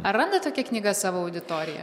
ar randa tokia knyga savo auditoriją